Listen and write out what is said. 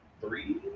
three